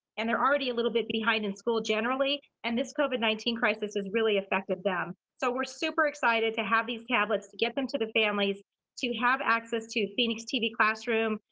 and they're already a little bit behind in school generally. and this covid nineteen crisis has really affected them. so we're super excited to have these tablets, to get them to the families to have access to phxtv classroom,